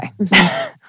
okay